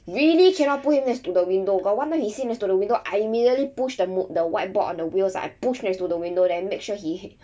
really cannot put him next to the window got one time he sit next to the window I immediately push the mo~ the whiteboard on the wheels I push next to the window then make sure he hit